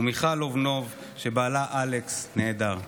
ומיכל לובנוב, שבעלה אלכס נעדר.